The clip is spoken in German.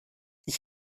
die